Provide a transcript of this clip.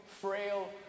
frail